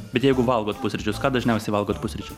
bet jeigu valgot pusryčius ką dažniausiai valgot pusryčiam